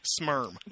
smarm